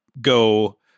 go